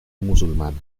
musulmana